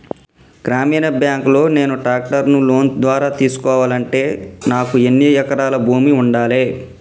గ్రామీణ బ్యాంక్ లో నేను ట్రాక్టర్ను లోన్ ద్వారా తీసుకోవాలంటే నాకు ఎన్ని ఎకరాల భూమి ఉండాలే?